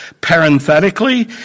parenthetically